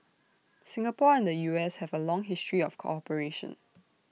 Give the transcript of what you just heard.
Singapore and the U S have A long history of cooperation